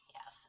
Yes